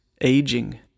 aging